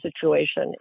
situation